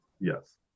Yes